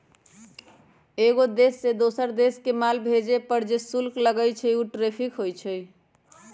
एगो देश से दोसर देश मे माल भेजे पर जे शुल्क लगई छई उ टैरिफ होई छई